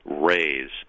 raise